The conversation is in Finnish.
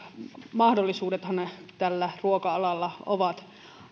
mahdollisuudethan tällä ruoka alalla ovat